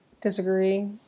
disagree